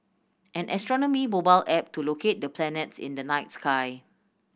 an astronomy mobile app to locate the planets in the night sky